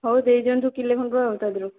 ହେଉ ଦେଇଦିଅନ୍ତୁ କିଲେ ଖଣ୍ଡରୁ ଆଉ ତା' ଦେହରୁ